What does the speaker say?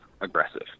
aggressive